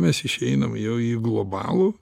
mes išeinam jau į globalų